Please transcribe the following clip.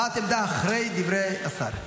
הבעת עמדה, אחרי דברי השר.